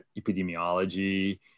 epidemiology